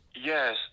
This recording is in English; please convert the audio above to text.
Yes